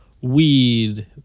weed